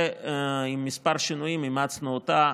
ועם כמה שינויים אימצנו אותה.